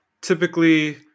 typically